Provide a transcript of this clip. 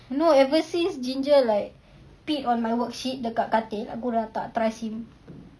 no ever since ginger like pee on my worksheet dekat katil aku dah tak trust him